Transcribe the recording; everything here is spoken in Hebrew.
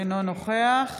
אינו נוכח